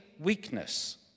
weakness